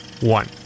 one